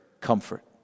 comfort